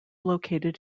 located